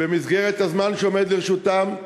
שבמסגרת הזמן שעומד לרשותם,